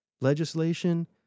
legislation